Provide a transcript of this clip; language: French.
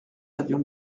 avions